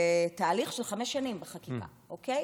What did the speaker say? בתהליך של חמש שנים בחקיקה, אוקיי?